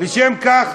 בשל כך,